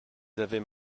avaient